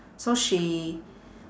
so she